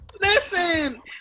Listen